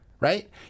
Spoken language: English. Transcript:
right